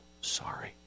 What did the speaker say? sorry